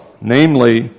Namely